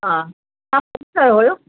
हा तव्हां फ़ोन कयो हुयो